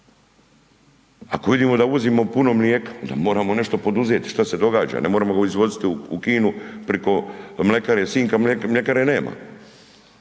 Ako vidimo da uvozimo puno mlijeka, onda moramo nešto poduzeti. Šta se događa, ne moramo ga izvoziti u Kinu preko mljekare Sinj kad mljekare nema.